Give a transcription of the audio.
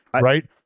right